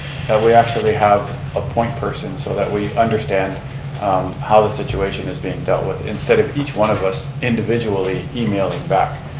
we actually have a point person so that we understand how the situation is being dealt with, instead of each one of us individually emailing back,